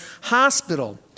hospital